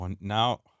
Now